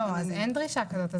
אין דרישה כזאת.